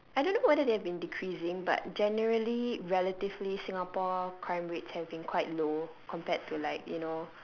I don't know whether they have been deceasing but generally relatively singapore crime rates have been quite low compared to like you know